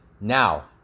Now